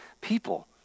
people